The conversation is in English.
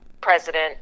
president